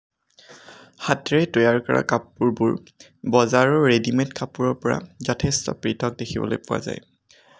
হাতেৰে তৈয়াৰ কৰা কাপোৰবোৰ বজাৰৰ ৰেডিমেড কাপোৰৰ পৰা যথেষ্ট পৃথক দেখিবলৈ পোৱা যায়